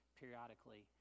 periodically